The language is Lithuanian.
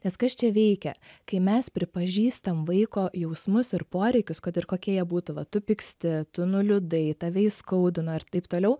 nes kas čia veikia kai mes pripažįstam vaiko jausmus ir poreikius kad ir kokie jie būtų va tu pyksti tu nuliūdai tave įskaudino ir taip toliau